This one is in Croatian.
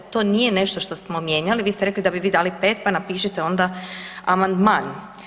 To nije nešto što smo mijenjali, vi ste rekli da bi vi dali 5, pa napišite onda amandman.